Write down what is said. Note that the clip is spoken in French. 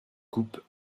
coupe